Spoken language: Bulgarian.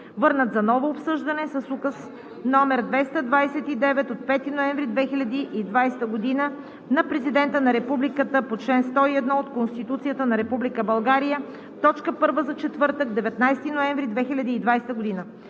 върнат за ново обсъждане с Указ № 229 от 5 ноември 2020 г. на Президента на Републиката по чл. 101 от Конституцията на Република България – точка първа за четвъртък, 19 ноември 2020 г.